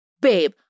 babe